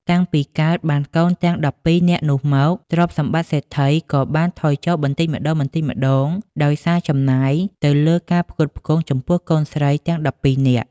តាំងពីកើតបានកូនទាំង១២នាក់នោះមក ទ្រព្យសម្បត្តិសេដ្ឋីក៏បានថយចុះបន្តិចម្តងៗ ដោយសារចំណាយទៅលើការផ្គត់ផ្គង់ចំពោះកូនស្រីទាំង ១២នាក់។